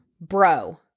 Bro